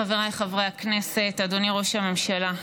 חבריי חברי הכנסת, אדוני ראש הממשלה,